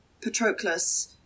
Patroclus